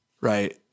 right